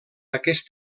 aquest